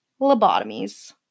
lobotomies